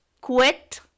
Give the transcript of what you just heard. quit